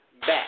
back